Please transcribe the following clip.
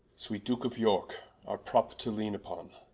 sweet duke of yorke, our prop to leane vpon,